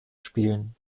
spielen